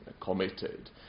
committed